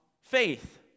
faith